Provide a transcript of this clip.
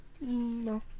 No